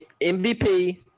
MVP